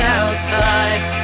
outside